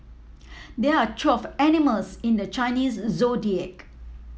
there are twelve animals in the Chinese Zodiac